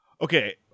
Okay